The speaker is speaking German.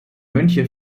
mönche